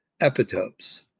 epitopes